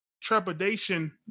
trepidation